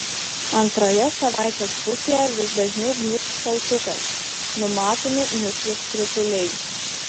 antroje savaitės pusėje vis dažniau gnybs šaltukas numatomi mišrūs krituliai